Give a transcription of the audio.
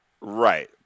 right